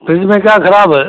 fridge में क्या ख़राब है